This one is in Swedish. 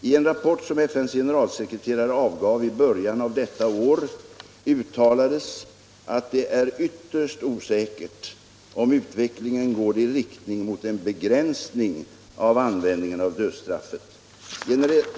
I en rapport, som FN:s generalsekreterare avgav i början av detta år, uttalades att det är ytterst osäkert om utvecklingen går i riktning mot en begränsning av användningen av dödsstraffet.